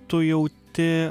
tu jauti